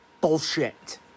Bullshit